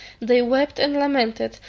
they wept and lamented,